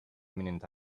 imminent